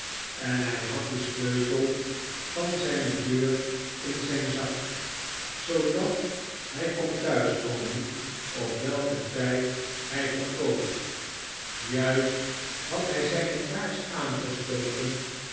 en hij had den sleutel van zijne deur in zijn zak zoodat hij kon thuis komen op welken tijd hij verkoos juist had hij zijne kaars aangestoken